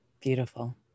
Beautiful